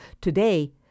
Today